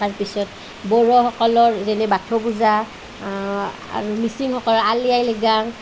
তাৰ পিছত বড়োসকলৰ যেনে বাথৌ পূজা আৰু মিচিংসকলৰ আলৃ আয়ে লৃগাং